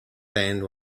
land